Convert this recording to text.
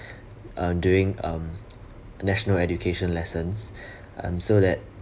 on doing um national education lessons um so that